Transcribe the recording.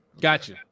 Gotcha